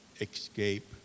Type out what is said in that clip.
escape